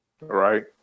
right